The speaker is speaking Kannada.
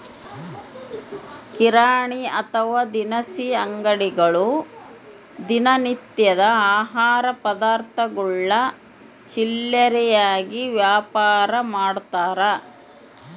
ಕಿರಾಣಿ ಅಥವಾ ದಿನಸಿ ಅಂಗಡಿಗಳು ದಿನ ನಿತ್ಯದ ಆಹಾರ ಪದಾರ್ಥಗುಳ್ನ ಚಿಲ್ಲರೆಯಾಗಿ ವ್ಯಾಪಾರಮಾಡ್ತಾರ